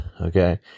Okay